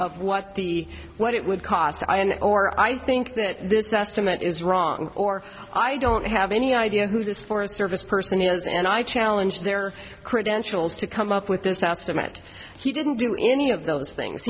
of what the what it would cost i and or i think that this estimate is wrong or i don't have any idea who this forest service person is and i challenge their credentials to come up with this house that he didn't do any of those things